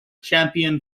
champion